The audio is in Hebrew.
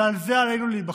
ועל זה עלינו להיבחר.